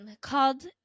called